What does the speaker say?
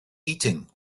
eating